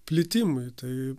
plitimui tai